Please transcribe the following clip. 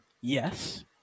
Yes